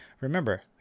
remember